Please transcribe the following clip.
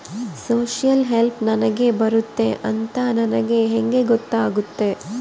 Social help ನನಗೆ ಬರುತ್ತೆ ಅಂತ ನನಗೆ ಹೆಂಗ ಗೊತ್ತಾಗುತ್ತೆ?